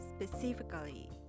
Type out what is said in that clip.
specifically